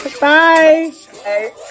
Bye